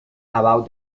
about